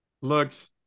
Looks